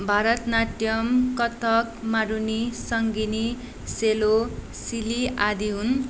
भारत नाट्यम कथक मारुनी सङ्गिनी सेलो सिली आदि हुन्